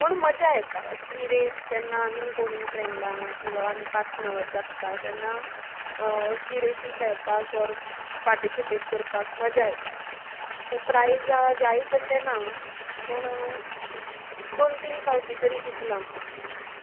पूण मजा येता असली रेस जेन्ना आनीक कोणी फ्रेंडा किंवां आनी पार्टनर्स आसता तेन्ना असली रेसी खेळपाक ओर पार्टिसिपेट करपाक मजा येता ते प्रायज जायच अशें ना पूण दोन तीन फावटी तरी जिकलां हांव